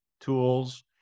tools